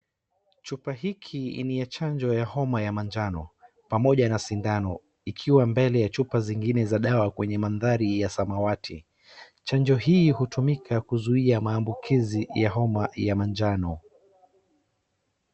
Chupa hiki ni ya chanjo ya Homa ya majano pamoja na sindano ikiwa mbele ya chupa zingine za dawa kwenye mandhari ya samawati. Chanjo hii hutumika kuzuoia maambukizi ya homa ya majano.